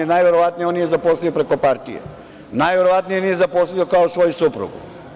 Najverovatnije on je nije zaposlio preko partije, najverovatnije je nije zaposlio kao svoju suprugu.